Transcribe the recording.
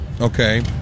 okay